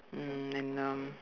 mm and um